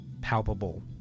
palpable